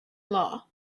law